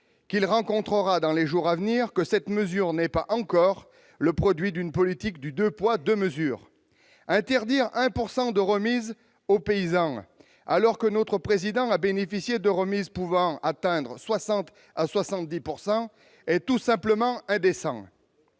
qu'il rencontrera dans les jours à venir que cette mesure n'est pas le nouveau produit d'une politique du « deux poids, deux mesures »? Interdire 1 % de remise aux paysans, alors que notre Président de la République a bénéficié de remises pouvant atteindre 60 % à 70 %, est tout simplement indécent.